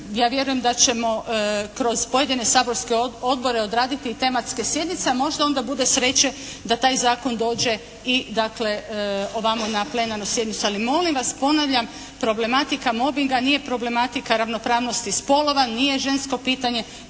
Ja vjerujem da ćemo kroz pojedine saborske odbore odraditi i tematske sjednice a možda onda bude sreće da taj zakon dođe i dakle ovamo na plenarnu sjednicu. Ali molim vas, ponavljam, problematika mobinga nije problematika ravnopravnosti spolova, nije žensko pitanje,